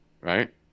Right